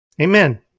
Amen